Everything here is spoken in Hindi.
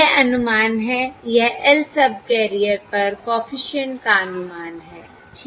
यह अनुमान है यह lth सबकैरियर पर कॉफिशिएंट का अनुमान है ठीक है